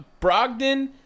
Brogdon